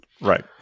Right